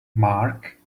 marc